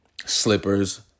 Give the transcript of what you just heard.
slippers